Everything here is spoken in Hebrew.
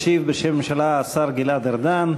ישיב בשם הממשלה השר גלעד ארדן.